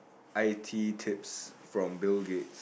i_t tips from Bill-Gate